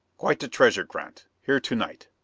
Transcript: quite a treasure, grant, here to-night.